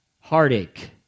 heartache